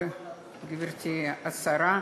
גברתי השרה,